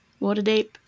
Waterdeep